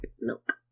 milk